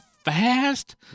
fast